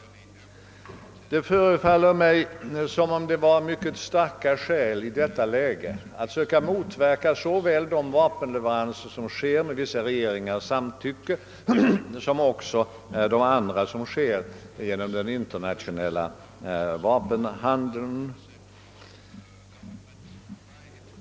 Det förefaller mig som om det i ett sådant läge fanns mycket starka skäl att söka motverka såväl de vapenleveranser som sker med vissa regeringars samtycke som de andra, vilka går genom den internationella vapenhandeln.